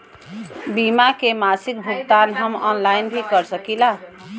बीमा के मासिक भुगतान हम ऑनलाइन भी कर सकीला?